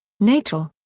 natl.